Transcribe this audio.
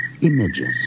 images